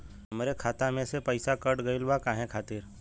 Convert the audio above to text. हमरे खाता में से पैसाकट गइल बा काहे खातिर?